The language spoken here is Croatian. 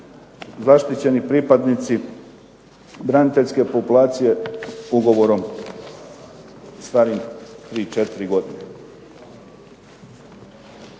zaštićeni pripadnici braniteljske populacije ugovorom starim tri,